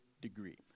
degree